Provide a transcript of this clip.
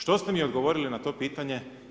Što ste mi odgovorili na to pitanje?